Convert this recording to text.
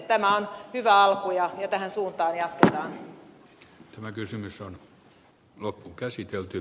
tämä on hyvä alku ja tähän suuntaan jatketaan